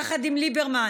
יחד עם ליברמן,